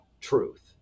truth